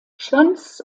schwanz